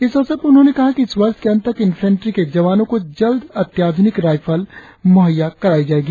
इस अवसर पर उन्होंने कहा कि इस वर्ष के अंत तक इंफेट्री के जवानों को जल्द अत्याधुनिक राईफल मुहैया कराई जाएगी